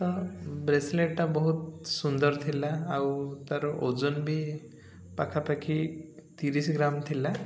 ତ ବ୍ରେସଲେଟ୍ଟା ବହୁତ ସୁନ୍ଦର ଥିଲା ଆଉ ତାର ଓଜନ ବି ପାଖାପାଖି ତିରିଶି ଗ୍ରାମ୍ ଥିଲା